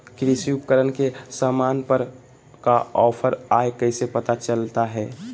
कृषि उपकरण के सामान पर का ऑफर हाय कैसे पता चलता हय?